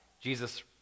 Jesus